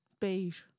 Beige